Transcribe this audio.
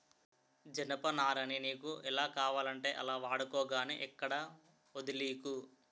జనపనారని నీకు ఎలా కావాలంటే అలా వాడుకో గానీ ఎక్కడా వొదిలీకు